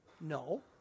No